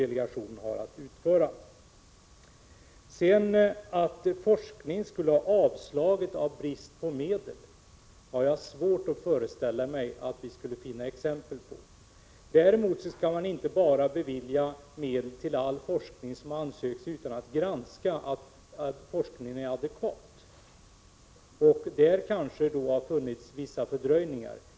Att det finns exempel på att framställningar om anslag för forskning skulle ha avslagits med hänvisning till brist på medel har jag svårt att föreställa mig. Däremot skall man inte bevilja medel som ansöks till vilken forskning som helst utan att granska att den är adekvat. Där kanske det har funnits vissa fördröjningar.